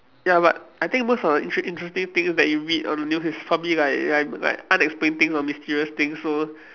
ya but I think most of the intere~ interesting things that you read on the news is probably like like like unexplained things or mysterious things so